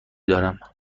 دارم